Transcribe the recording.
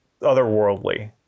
otherworldly